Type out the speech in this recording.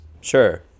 Sure